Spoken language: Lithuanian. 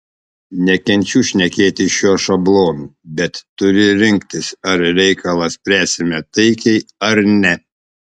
nekenčiu šnekėti šiuo šablonu bet turi rinktis ar reikalą spręsime taikiai ar ne